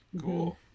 Cool